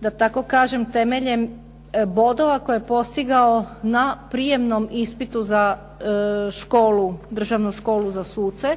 da tako kažem, temeljem bodova koje je postigao na prijamnom ispitu za školu, Državnu školu za suce,